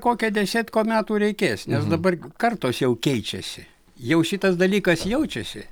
kokia desetko metų reikės nes dabar kartos jau keičiasi jau šitas dalykas jaučiasi